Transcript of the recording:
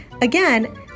Again